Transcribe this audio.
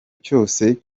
cyose